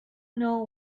know